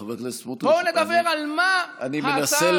בואו נדבר על מה ההצעה הזאת,